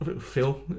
Phil